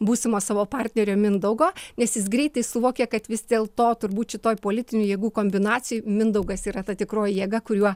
būsimo savo partnerio mindaugo nes jis greitai suvokė kad vis dėl to turbūt šitoj politinių jėgų kombinacijoj mindaugas yra ta tikroji jėga kuriuo